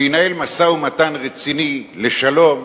שינהל משא-ומתן רציני לשלום,